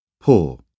Poor